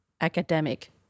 academic